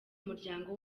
muryango